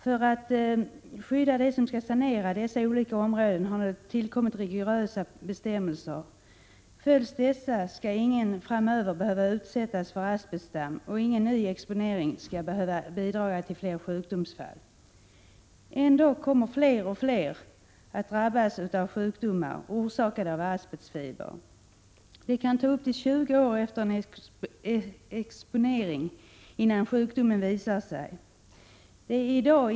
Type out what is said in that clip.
För att skydda dem som skall sanera dessa olika områden har det tillkommit rigorösa bestämmelser. Följs dessa, skall ingen framöver behöva utsättas för asbestdamm och ingen ny exponering skall behöva bidra till fler sjukdomsfall. Ändå kommer fler och fler att drabbas av sjukdomar orsakade av asbestfibrer. Det kan ta upp till 20 år efter en asbestexponering innan sjukdomen visar sig.